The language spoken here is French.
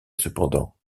cependant